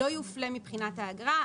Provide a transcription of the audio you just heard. לא יופלה מבחינת האגרה.